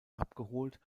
abgeholt